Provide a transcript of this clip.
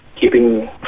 keeping